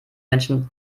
menschen